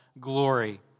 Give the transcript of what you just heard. glory